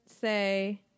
say